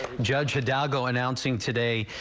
judge hidalgo announcing today.